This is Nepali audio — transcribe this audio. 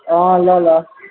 अँ ल ल